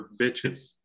bitches